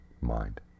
mind